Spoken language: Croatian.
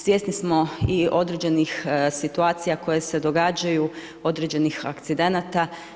Svjesni smo i određenih situacija koje se događaju, određenih akcidenata.